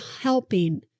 helping